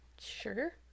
Sure